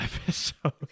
episode